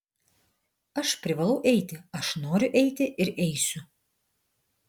aš privalau eiti aš noriu eiti ir eisiu